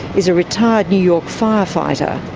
is a retired new york fire-fighter.